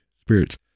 spirits